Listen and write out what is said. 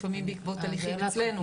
לפעמים בעקבות הליכים אצלנו,